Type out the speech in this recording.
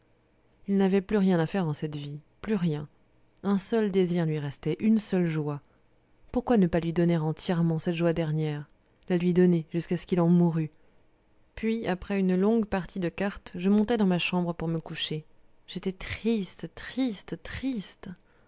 il n'avait plus rien à faire en cette vie plus rien un seul désir lui restait une seule joie pourquoi ne pas lui donner entièrement cette joie dernière la lui donner jusqu'à ce qu'il en mourût puis après une longue partie de cartes je montai dans ma chambre pour me coucher j'étais triste triste triste